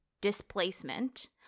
displacement